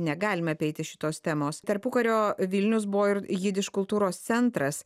negalime apeiti šitos temos tarpukario vilnius buvo ir jidiš kultūros centras